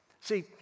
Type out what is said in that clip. See